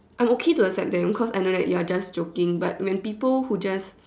I'm okay to accept them cause I know that you're just joking but when people who just